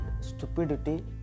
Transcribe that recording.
stupidity